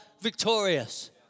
victorious